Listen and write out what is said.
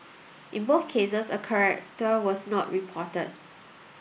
in both cases a character was not reported